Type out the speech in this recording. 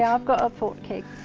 ah i've got a port keg.